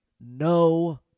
No